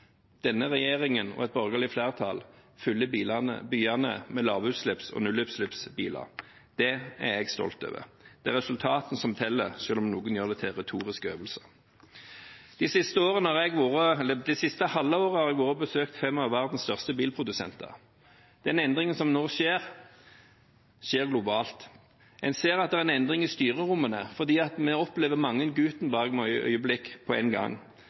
Denne regjeringen og et borgerlig flertall fyller byene med lavutslipps- og nullutslippsbiler. Det er jeg stolt over. Det er resultatene som teller, selv om noen gjør det til retoriske øvelser. Det siste halvåret har jeg besøkt fem av verdens største bilprodusenter. Den endringen som nå skjer, skjer globalt. En ser at det er en endring i styrerommene, for en opplever mange Gutenberg-øyeblikk på én gang.